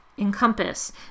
encompass